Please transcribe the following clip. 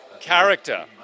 character